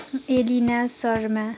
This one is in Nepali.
एलिना शर्मा